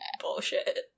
bullshit